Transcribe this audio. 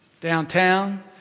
downtown